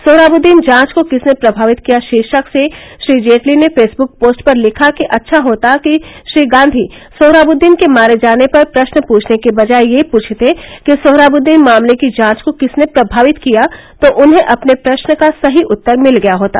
सोहराबुद्दीन जांच को किसने प्रभावित किया शीर्षक से श्री जेटली ने फेसबुक पोस्ट पर लिखा कि अच्छा होता कि श्री गांधी सोहराबद्दीन के मारे जाने पर प्रश्न पूछने की बजाए यह पूछते कि सोहराबद्दीन मामले की जांच को किसने प्रमावित किया तो उन्हें अपने प्रस्न का सही उत्तर मिल गया होता